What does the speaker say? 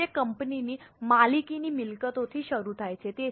તેથી તે કંપનીની માલિકીની મિલકતોથી શરૂ થાય છે